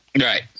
Right